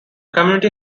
community